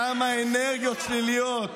כמה אנרגיות שליליות.